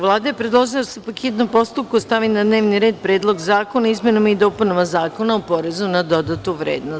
Vlada je predložila da se po hitnom postupku stavi na dnevni red – Predlog zakona o izmenama i dopunama Zakona o porezu na dodatu vrednost.